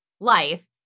life